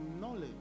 knowledge